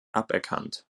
aberkannt